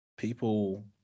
People